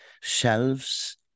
shelves